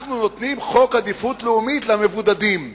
אנחנו נותנים חוק עדיפות לאומית למבודדים.